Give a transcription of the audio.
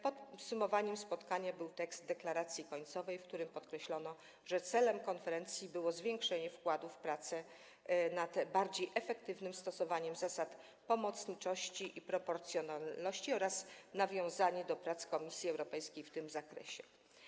Podsumowaniem spotkania był tekst deklaracji końcowej, w którym podkreślono, że celem konferencji było zwiększenie wkładu w prace nad bardziej efektywnym stosowaniem zasad pomocniczości i proporcjonalności oraz nawiązanie do prac Komisji Europejskich w tym zakresie.